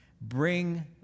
Bring